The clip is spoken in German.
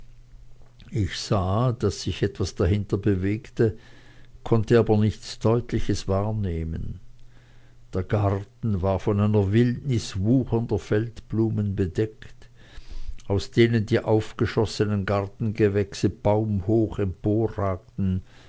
ich sah daß sich etwas dahinter bewegte konnte aber nichts deutliches wahrnehmen der garten war von einer wildnis wuchernder feldblumen bedeckt aus denen die aufgeschossenen gartengewächse baumhoch